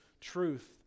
truth